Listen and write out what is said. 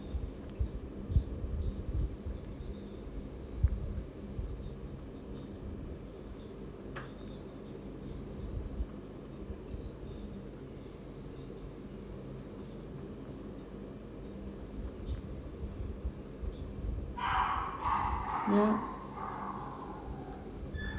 ya